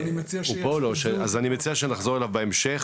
אנחנו